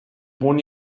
bun